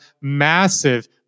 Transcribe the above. massive